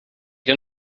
can